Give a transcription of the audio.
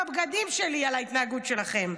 "בבגדים שלי על ההתנהגות שלכם.